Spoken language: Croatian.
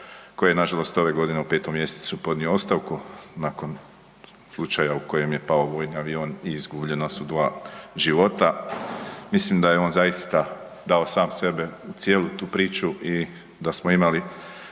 koji je na žalost ove godine u 5. mjesecu podnio ostavku nakon slučaja u kojem je pao vojni avion i izgubljena su dva života. Mislim da je on zaista dao sam sebe u cijelu tu priču i da smo imali